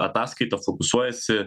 ataskaita fiksuojasi